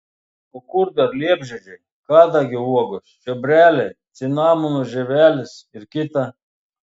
o kur dar liepžiedžiai kadagio uogos čiobreliai cinamono žievelės ir kita